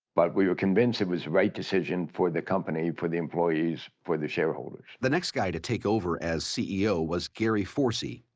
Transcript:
but we were convinced it was the right decision for the company, for the employees, for the shareholders. the next guy to take over as ceo was gary forsee.